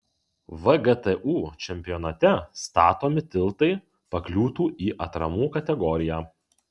vgtu čempionate statomi tiltai pakliūtų į atramų kategoriją